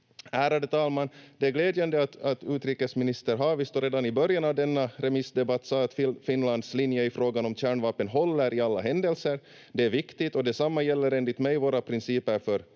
Ärade talman! Det är glädjande att utrikesminister Haavisto redan i början av denna remissdebatt sade att Finlands linje i frågan om kärnvapen håller i alla händelser. Det är viktigt, och detsamma gäller enligt mig våra principer för